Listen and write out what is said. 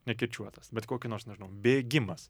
nekirčiuotas bet kokį nors nežinau bėgimas